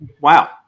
Wow